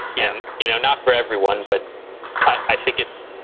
and you know, not for everyone. but i think it's.